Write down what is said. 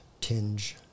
tinge